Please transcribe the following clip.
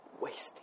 wasting